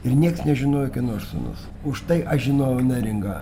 ir nieks nežinojo kieno aš sūnus užtai aš žinojau neringą